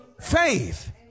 faith